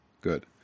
Good